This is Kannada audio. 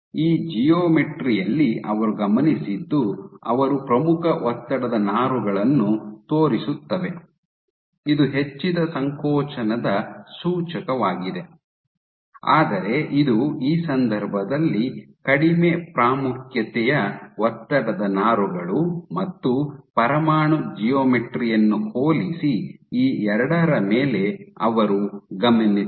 ಈ ಜಿಯೋಮೆಟ್ರಿ ಯಲ್ಲಿ ಅವರು ಗಮನಿಸಿದ್ದು ಅವರು ಪ್ರಮುಖ ಒತ್ತಡದ ನಾರುಗಳನ್ನು ತೋರಿಸುತ್ತವೆ ಇದು ಹೆಚ್ಚಿದ ಸಂಕೋಚನದ ಸೂಚಕವಾಗಿದೆ ಆದರೆ ಇದು ಈ ಸಂದರ್ಭದಲ್ಲಿ ಕಡಿಮೆ ಪ್ರಾಮುಖ್ಯತೆಯ ಒತ್ತಡದ ನಾರುಗಳು ಮತ್ತು ಪರಮಾಣು ಜಿಯೋಮೆಟ್ರಿ ಯನ್ನು ಹೋಲಿಸಿ ಈ ಎರಡರ ಮೇಲೆ ಅವರು ಗಮನಿಸಿದರು